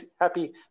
Happy